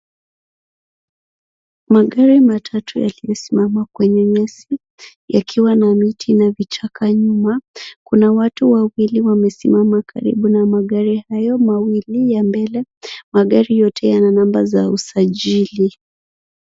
Magari matatu yamesimama kwenye nyasi yakiwa na miti na vichaka nyuma. Kuna watu wawili wamesimama karibu na magari hayo mawili ya mbele. Magari yote yana namba za usajili.